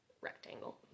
Rectangle